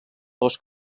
dos